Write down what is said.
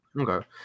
okay